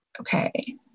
Okay